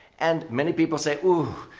and many people say, ooh,